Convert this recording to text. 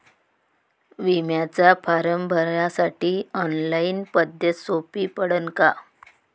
बिम्याचा फारम भरासाठी ऑनलाईन पद्धत सोपी पडन का?